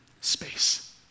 space